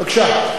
בבקשה.